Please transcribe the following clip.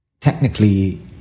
technically